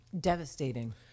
devastating